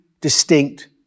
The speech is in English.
distinct